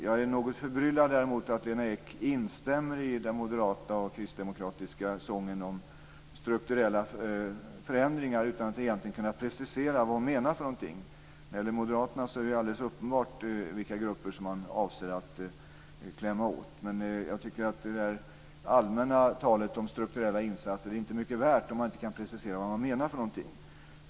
Jag är däremot något förbryllad över att Lena Ek instämmer i den moderata och kristdemokratiska sången om strukturella förändringar utan att egentligen kunna precisera vad hon menar. När det gäller moderaterna är det ju alldeles uppenbart vilka grupper man avser att klämma åt. Jag tycker att det allmänna talet om strukturella insatser inte är mycket värt om man inte kan precisera vad man menar.